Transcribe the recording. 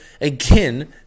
again